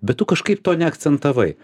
bet tu kažkaip to neakcentavai